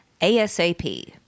asap